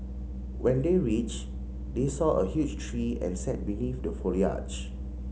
when they reached they saw a huge tree and sat beneath the foliage